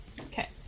Okay